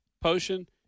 potion